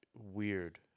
weird